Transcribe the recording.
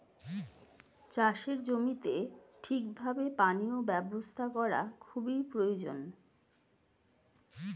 চাষের জমিতে ঠিক ভাবে পানীয় ব্যবস্থা করা খুবই প্রয়োজন